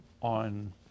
on